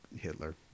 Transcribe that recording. Hitler